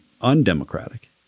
undemocratic